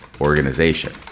organization